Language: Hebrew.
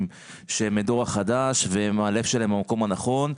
שהם מהדור החדש ושהלב שלהם נמצא במקום הנכון,